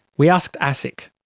we asked asic.